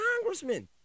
congressman